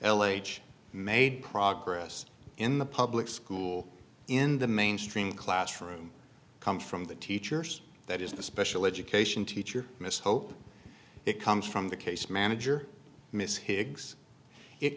h made progress in the public school in the mainstream classroom come from the teachers that is the special education teacher miss hope it comes from the case manager miss higgs it